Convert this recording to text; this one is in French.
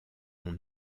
ont